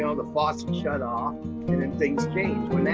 you know the faucet's shut off, and then things changed. when